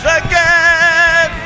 again